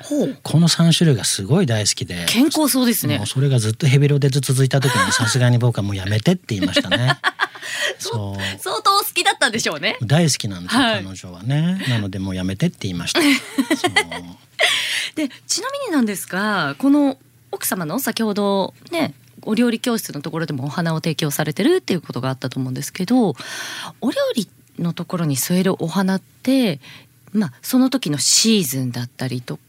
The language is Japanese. ほう。この三種類がすごい大好きで、健康そうですね。もうそれがずっとヘビロテ続いた時に、さすがに僕はもうやめてって言いましたね。 そ-そう。相当好きだったんでしょうね。大好きなんですよ、はい。彼女はね。なのでもうやめてって言いました。 そう。で、ちなみになんですが、この奥様の先ほどね、お料理教室のところでもお花を提供されてるっていうことがあったと思うんですけど、お料理のところに添えるお花って、まあ、その時のシーズンだったりとか、